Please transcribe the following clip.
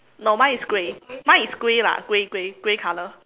no mine is grey mine is grey lah grey grey grey colour